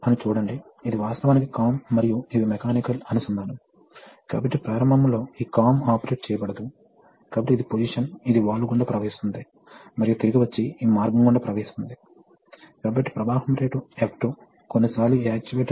కాబట్టి ఇక్కడ ఒక్కసారి మెకానికల్ స్టాప్ అయినతరువాత ఈ ప్రెషర్ ఇప్పుడు పెరుగుతుంది ఎందుకంటే దీని ద్వారా మరింత ప్రవాహం ఉండదు ప్రవాహం ఆగిపోతుంది